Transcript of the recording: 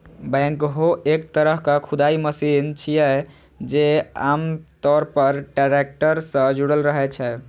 backhoe एक तरहक खुदाइ मशीन छियै, जे आम तौर पर टैक्टर सं जुड़ल रहै छै